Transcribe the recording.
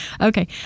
Okay